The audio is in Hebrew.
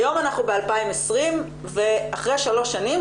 היום אנחנו ב-2020 ואחרי שלוש שנים,